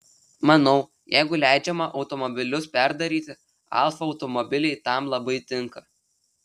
manau jeigu leidžiama automobilius perdaryti alfa automobiliai tam labai tinka